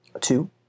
two